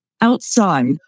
outside